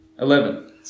Eleven